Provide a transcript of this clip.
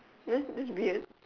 thats's that's weird